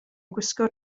gwisgo